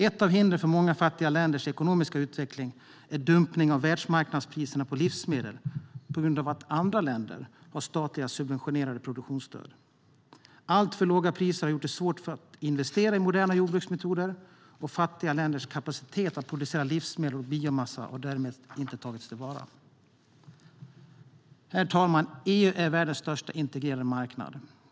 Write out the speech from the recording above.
Ett av hindren för många fattiga länders ekonomiska utveckling är dumpningen av världsmarknadspriserna på livsmedel på grund av att andra länder har statligt subventionerade produktionsstöd. Alltför låga priser har gjort det svårt att investera i moderna jordbruksmetoder, och fattiga länders kapacitet att producera livsmedel och biomassa har därmed inte tagits till vara. Herr talman! EU är världens största integrerade marknad.